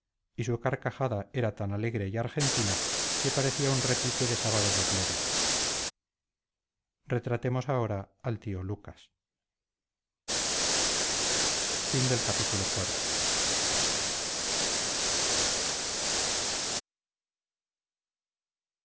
y su carcajada era tan alegre y argentina que parecía un repique de sábado de gloria retratemos ahora al tío lucas